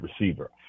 receiver